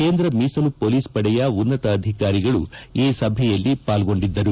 ಕೇಂದ್ರ ಮೀಸಲು ಪೊಲೀಸ್ ಪಡೆಯ ಉನ್ನತ ಅಧಿಕಾರಿಗಳು ಈ ಸಭೆಯಲ್ಲಿ ಪಾಲ್ಗೊಂಡಿದ್ದರು